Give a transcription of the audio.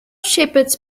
shepherds